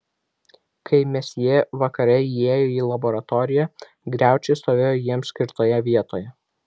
kai mesjė vakare įėjo į laboratoriją griaučiai stovėjo jiems skirtoje vietoje